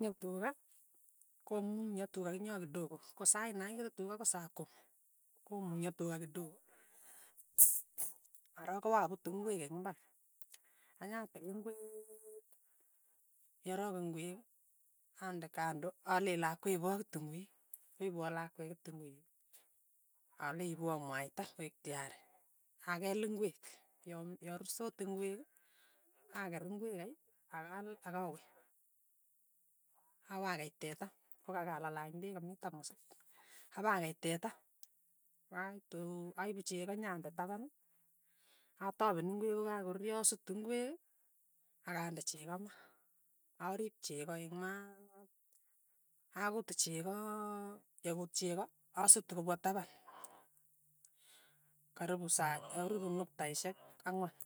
nyek tuka, komung'ya tuka eng' yo kidogo, ko sait nakere tuka ko sa kumi, komung'yo tuka kidogo, arok kowaput ingwel eng' imbar, anya til ing'weeek, yerok ing'wek ande kando alei lakwe ipwo kitingwe, koipwa lakwet kitingwei, alei ipwa mwaita koek tiyari, akeel ingwek, yang yarusot ingwek, aker ingwek kai akal akawe, awakei teta, kokakalalany peek ka mii tamusit, apakei teta, aituu aipu cheko nyande tapan, atapen ingwek kokakoruryo asutu ingwek akande cheko ma, arip cheko eng' maat, akutu chekoo yekuut cheko asutu kopwa tapan karipu sa karipu nuktaishek ang'wan.